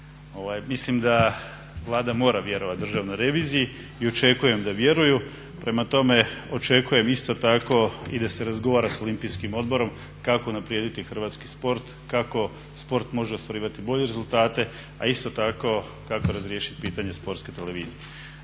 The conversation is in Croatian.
Mislim da Vlada mora vjerovati državnoj reviziji i očekujem da vjeruju. Prema tome, očekujem isto tako i da se razgovara s Olimpijskim odborom kako unaprijediti hrvatski sport, kako sport može ostvarivati bolje rezultate a isto tako kako razriješiti pitanje Sportske televizije.